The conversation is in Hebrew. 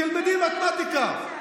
תלמדי מתמטיקה.